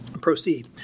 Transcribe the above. proceed